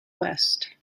west